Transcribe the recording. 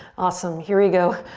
awesome. here we go.